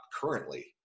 currently